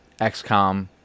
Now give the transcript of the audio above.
XCOM